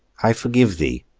i forgive thee.